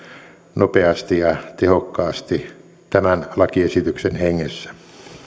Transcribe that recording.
nopeasti ja tehokkaasti tämän lakiesityksen hengessä